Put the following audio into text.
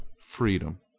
freedom